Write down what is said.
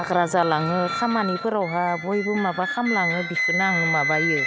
हाग्रा जालाङो खामानिफोरावहा बयबो माबा खामलाङो बेखौनो आं माबायो